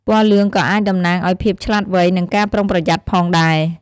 ពណ៌លឿងក៏អាចតំណាងឱ្យភាពឆ្លាតវៃ និងការប្រុងប្រយ័ត្នផងដែរ។